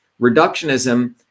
Reductionism